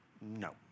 No